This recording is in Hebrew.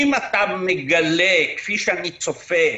אם אתה מגלה, כפי שאני צופה,